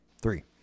three